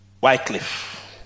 Wycliffe